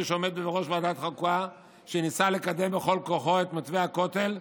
שעומד בראש ועדת החוקה וניסה לקדם בכל כוחו את מתווה הכותל,